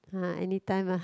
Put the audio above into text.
ah anytime lah